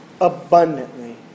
abundantly